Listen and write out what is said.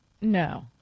No